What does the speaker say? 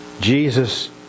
Jesus